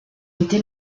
été